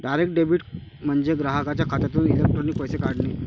direct debit म्हणजे ग्राहकाच्या खात्यातून इलेक्ट्रॉनिक पैसे काढणे